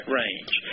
range